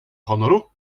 honoru